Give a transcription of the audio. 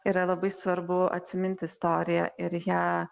yra labai svarbu atsimint istoriją ir ją